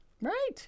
right